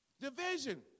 Division